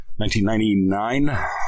1999